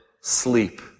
sleep